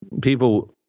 people